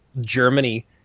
Germany